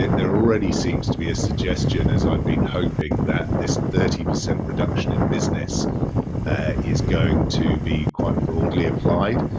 there already seems to be a suggestion, as i've been hoping, that this thirty percent reduction in business is going to be quite broadly applied.